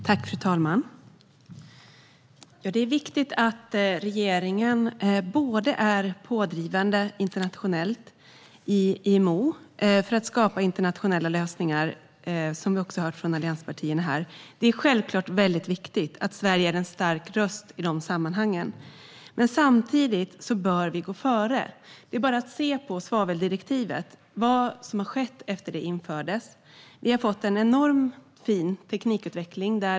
Fru talman! Det är viktigt att regeringen är pådrivande i IMO för att skapa internationella lösningar, vilket vi också har hört från allianspartierna. Självklart är det viktigt att Sverige är en stark röst i sådana sammanhang. Samtidigt bör vi gå före. Se bara på vad som har skett sedan svaveldirektivet infördes! Vi har fått en enorm och fin teknikutveckling.